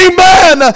Amen